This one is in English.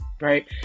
Right